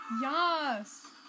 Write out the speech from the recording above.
Yes